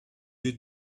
you